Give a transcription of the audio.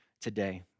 today